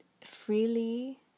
freely